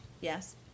Yes